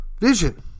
vision